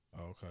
Okay